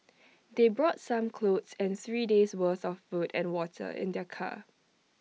they brought some clothes and three days worth of food and water in their car